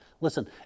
Listen